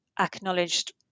acknowledged